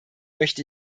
möchte